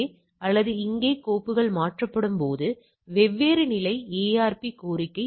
ஏனெனில் இரவு பணி நேரங்களில் பணிபுரியும் மக்கள் எப்போதும் தவறுகளைச் செய்யலாம் என்று எப்போதும் கருதப்படுகிறது